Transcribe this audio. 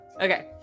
okay